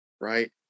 right